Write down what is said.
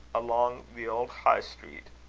along the old high street,